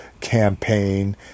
campaign